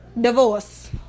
Divorce